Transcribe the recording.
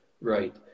right